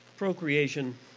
Procreation